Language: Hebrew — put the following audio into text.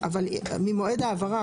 אבל ממועד ההעברה,